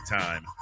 time